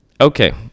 Okay